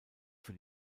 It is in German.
für